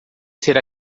ser